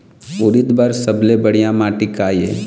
उरीद बर सबले बढ़िया माटी का ये?